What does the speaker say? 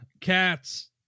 Cats